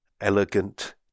elegant